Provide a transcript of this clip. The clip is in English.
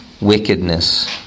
wickedness